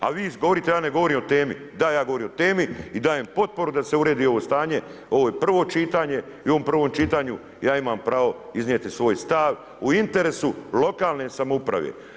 A vi … ja ne govorim o temi, da ja govorim o temi i dajem potporu da se uredi ovo stanje, ovo je prvo čitanje i u ovom prvom čitanju ja imam pravo iznijeti svoj stav u interesu lokalne samouprave.